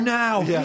now